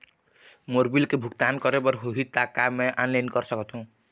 मोर bill के भुगतान करे बर होही ता का मैं ऑनलाइन कर सकथों?